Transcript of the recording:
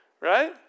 right